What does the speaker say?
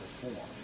perform